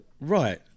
right